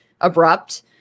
abrupt